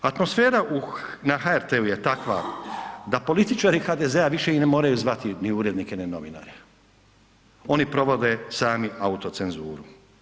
Atmosfera na HRT-u je takva da političari HDZ-a više i ne moraju zvati ni urednike ni novinare, oni provode sami autocenzuru.